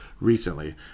recently